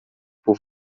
por